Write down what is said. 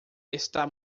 está